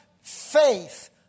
faith